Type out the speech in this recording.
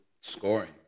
scoring